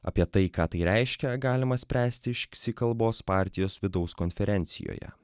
apie tai ką tai reiškia galima spręsti iš ksi kalbos partijos vidaus konferencijoje